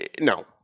no